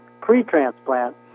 pre-transplant